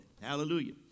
Hallelujah